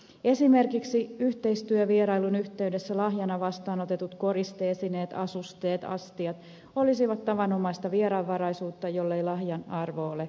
esimerkiksi yhteistyövierailun yhteydessä lahjana vastaanotetut koriste esineet asusteet astiat olisivat tavanomaista vieraanvaraisuutta jollei lahjan arvo ole huomattava